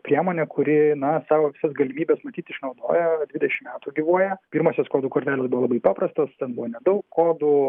priemonė kuri na savo visas galimybes matyt išnaudojo dvidešimt metų gyvuoja pirmosios kodų kortelės buvo labai paprastos ten buvo nedaug kodų